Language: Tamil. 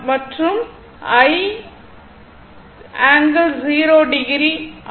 மாற்றும் i ∠0o ஆகும்